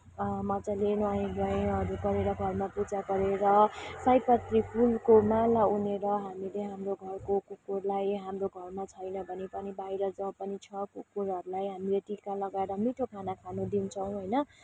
मजाले नुहाइ धुवाइहरू गरेर घरमा पूजाहरू गरेर सयपत्री फुलको माला उनेर हामीले हाम्रो घरको कुकुरलाई हाम्रो घरमा छैन भने पनि बाहिर जहाँ पनि छ कुकुरहरलाई हामीले टिका लगाएर मिठो खाना खान दिन्छौँ होइन